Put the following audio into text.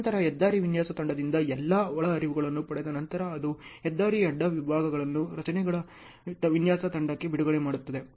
ನಂತರ ಹೆದ್ದಾರಿ ವಿನ್ಯಾಸ ತಂಡದಿಂದ ಎಲ್ಲಾ ಒಳಹರಿವುಗಳನ್ನು ಪಡೆದ ನಂತರ ಅದು ಹೆದ್ದಾರಿ ಅಡ್ಡ ವಿಭಾಗಗಳನ್ನು ರಚನೆಗಳ ವಿನ್ಯಾಸ ತಂಡಕ್ಕೆ ಬಿಡುಗಡೆ ಮಾಡುತ್ತದೆ